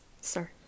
sir